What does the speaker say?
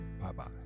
Bye-bye